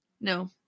no